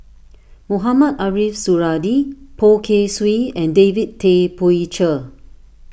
Mohamed Ariff Suradi Poh Kay Swee and David Tay Poey Cher